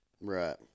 Right